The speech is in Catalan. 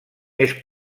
més